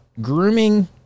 grooming